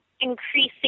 increasing